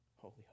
holy